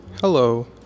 Hello